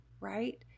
right